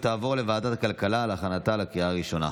ותעבור לוועדת הכלכלה להכנתה לקריאה הראשונה.